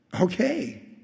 Okay